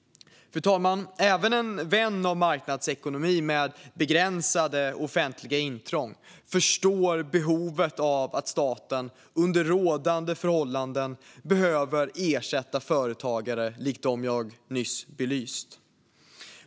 Fru talman! Även en vän av marknadsekonomi med begränsade offentliga intrång förstår att staten under rådande förhållanden behöver ersätta företagare som de jag nyss belyste.